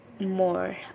more